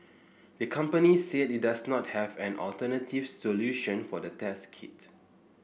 the company said it does not have an alternative solution for the test kit